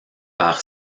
par